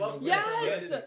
Yes